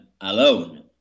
alone